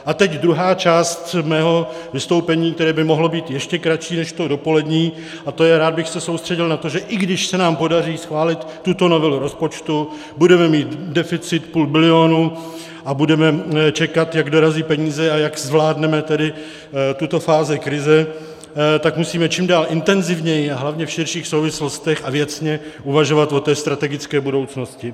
A teď druhá část mého vystoupení, které by mohlo být ještě kratší než to dopolední, a to je, že bych se rád soustředil na to, že i když se nám podaří schválit tuto novelu rozpočtu, budeme mít deficit půl bilionu a budeme čekat, jak dorazí peníze a jak zvládneme tuto fázi krize, tak musíme čím dál intenzivněji a hlavně v širších souvislostech a věcně uvažovat o strategické budoucnosti.